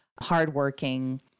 hardworking